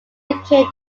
became